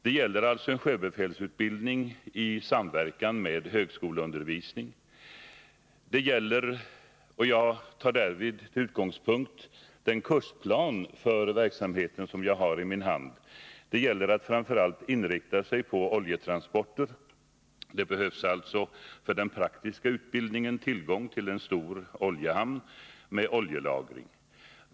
Det gäller alltså sjöbefälsutbildning i samverkan med högskoleundervisning. Det gäller framför allt — jag tar därvid till utgångspunkt den kursplan för verksamheten som jag har i min hand — att inrikta sig på oljetransporter. Det behövs alltså för den praktiska utbildningen tillgång till en stor oljehamn med oljelagring.